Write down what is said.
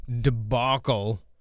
debacle